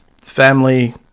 family